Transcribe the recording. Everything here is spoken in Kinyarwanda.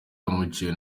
acumbikiwe